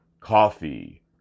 coffee